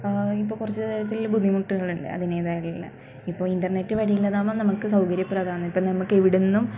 ഇപ്പം കുറച്ച് ചില ബുദ്ധിമുട്ടുകളുണ്ട് അതിൻ്റെതായിട്ടുള്ള ഇപ്പം ഇൻ്റർനെറ്റ് വഴിയുള്ളതാകുമ്പം നമുക്ക് സൗകര്യപ്രദം ആണ് ഇപ്പം നമുക്ക് ഇവിടുന്നും